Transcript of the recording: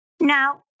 Now